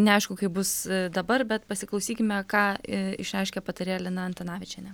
neaišku kaip bus dabar bet pasiklausykime ką išreiškė patarėja lina antanavičienė